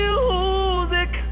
Music